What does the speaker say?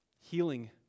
Healing